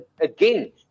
again